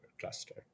cluster